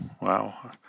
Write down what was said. wow